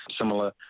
similar